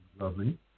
lovely